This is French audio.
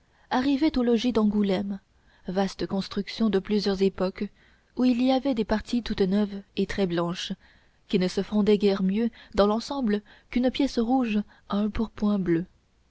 arrivait au logis d'angoulême vaste construction de plusieurs époques où il y avait des parties toutes neuves et très blanches qui ne se fondaient guère mieux dans l'ensemble qu'une pièce rouge à un pourpoint bleu